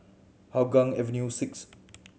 Hougang Avenue Six